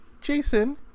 Jason